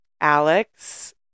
alex